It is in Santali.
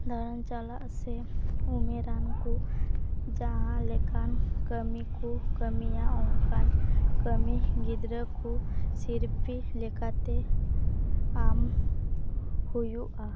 ᱫᱟᱬᱟᱱ ᱪᱟᱞᱟᱜ ᱥᱮ ᱩᱢᱮᱨᱟᱱ ᱠᱚ ᱡᱟᱦᱟᱸ ᱞᱮᱠᱟᱱ ᱠᱟᱹᱢᱤ ᱠᱚ ᱠᱟᱹᱢᱤᱭᱟ ᱚᱱᱠᱟᱱ ᱠᱟᱹᱢᱤ ᱜᱤᱫᱽᱨᱟᱹ ᱠᱚ ᱥᱤᱨᱯᱟᱹ ᱞᱮᱠᱟᱛᱮ ᱮᱢ ᱦᱩᱭᱩᱜᱼᱟ